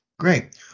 Great